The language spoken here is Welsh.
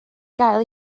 gael